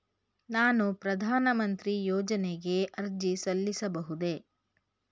ನಾನು ಪ್ರಧಾನ ಮಂತ್ರಿ ಯೋಜನೆಗೆ ಅರ್ಜಿ ಸಲ್ಲಿಸಬಹುದೇ?